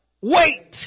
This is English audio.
Wait